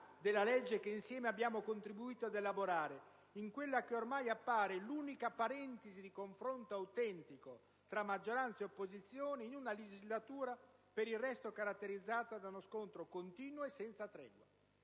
della legge che insieme abbiamo contribuito ad elaborare, in quella che ormai appare l'unica parentesi di confronto autentico tra maggioranza e opposizioni in una legislatura per altro caratterizzata da uno scontro continuo e senza tregua.